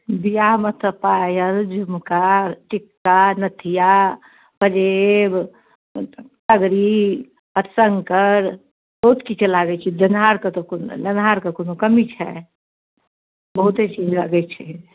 बिआहमे तऽ पायल झुमका टीका नथिआ पाजेब छगड़ी हथशङ्कर बहुत किछु लागै छै देनिहारके तऽ कोनो देनिहारके कोनो कमी छै बहुते चीज लगै छै